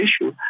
issue